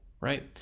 right